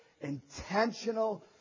intentional